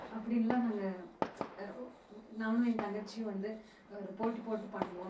அப்படினுலாம் நாங்கள் நானும் என் தங்கச்சியும் வந்து ஒரு போட்டி போட்டு பண்ணுவோம்